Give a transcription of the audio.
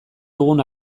dugun